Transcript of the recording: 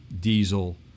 diesel